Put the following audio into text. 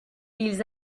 ils